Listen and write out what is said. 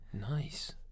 nice